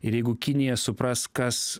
ir jeigu kinija supras kas